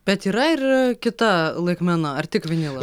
bet yra ir kita laikmena ar tik vinila